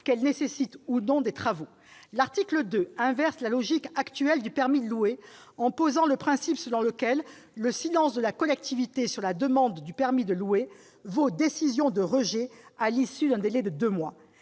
qu'elles nécessitent ou non des travaux. L'article 2 inverse la logique actuelle du permis de louer, en posant le principe selon lequel le silence de la collectivité sur la demande de permis de louer vaut décision de rejet à l'issue d'un délai de deux mois.